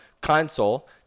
console